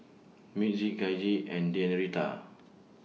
Mitzi Gaige and Denita